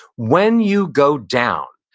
when you go down,